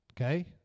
Okay